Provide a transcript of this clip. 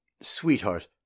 Sweetheart